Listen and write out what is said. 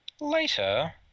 later